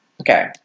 Okay